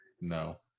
No